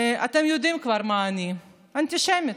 אתם יודעים כבר מה אני, אנטישמית.